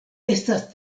estas